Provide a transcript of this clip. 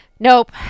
Nope